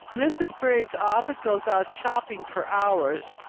mrs. briggs often goes out shopping for hours,